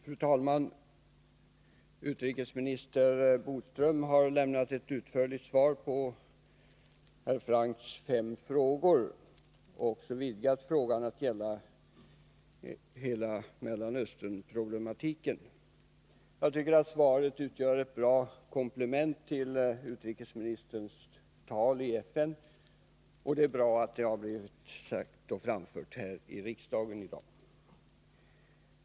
Fru talman! Utrikesminister Bodström har lämnat ett utförligt svar på herr Francks fem frågor och även vidgat frågan till att gälla hela Mellanösternproblematiken. Jag tycker att svaret utgör ett bra komplement till utrikesministerns tal i FN, och det är bra att det har blivit framfört här i riksdagen i dag.